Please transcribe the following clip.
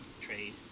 trade